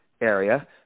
area